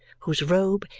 whose robe,